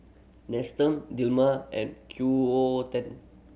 Nestum Dilmah and Q O O ten